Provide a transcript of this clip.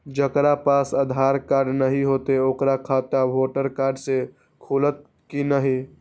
जकरा पास आधार कार्ड नहीं हेते ओकर खाता वोटर कार्ड से खुलत कि नहीं?